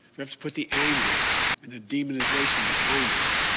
let's put the anger and the demonization behind us.